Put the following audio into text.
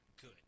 good